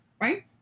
right